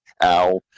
ow